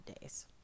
days